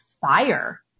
fire